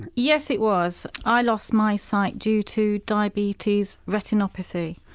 yes, it was. i lost my sight due to diabetes retinopathy.